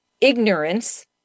ignorance